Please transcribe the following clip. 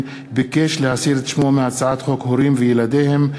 ביקש להסיר את שמו מהצעת חוק הורים וילדיהם,